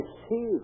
see